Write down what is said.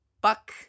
buck